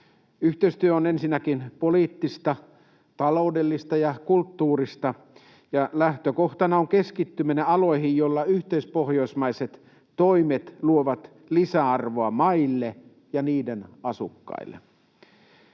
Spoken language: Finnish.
Yhteistyö on ensinnäkin poliittista, taloudellista ja kulttuurista, ja lähtökohtana on keskittyminen aloihin, joissa yhteispohjoismaiset toimet luovat lisäarvoa maille ja niiden asukkaille.